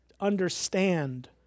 understand